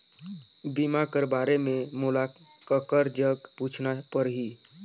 बीमा कर बारे मे मोला ककर जग पूछना परही?